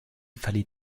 fallait